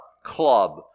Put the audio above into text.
club